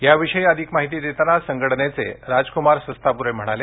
याविषयी माहिती देताना संघटनेचे राजकुमार सस्तापुरे म्हणाले